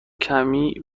کمی